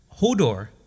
Hodor